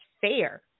fair